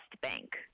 bank